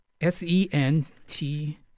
S-E-N-T